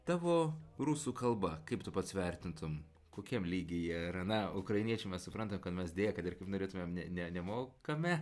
tavo rusų kalba kaip tu pats vertintum kokiam lygyje yra na ukrainiečių mes suprantam kad mes deja kad ir kaip norėtumėm ne ne nemokame